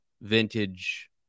vintage